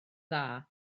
dda